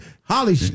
Holly